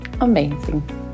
Amazing